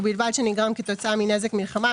ובלבד שנגרם כתוצאה מנזק מלחמה,